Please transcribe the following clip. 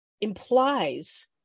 implies